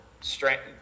Strength